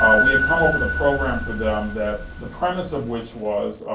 ah we had come up with a program for them that the premise of which was,